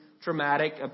traumatic